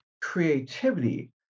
creativity